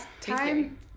time